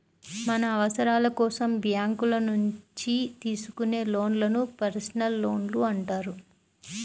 మన అవసరాల కోసం బ్యేంకుల నుంచి తీసుకునే లోన్లను పర్సనల్ లోన్లు అంటారు